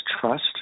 trust